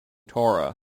torah